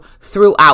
throughout